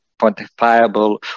quantifiable